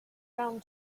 around